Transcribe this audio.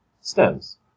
stems